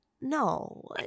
no